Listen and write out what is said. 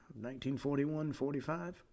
1941-45